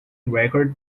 record